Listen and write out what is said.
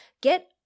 Get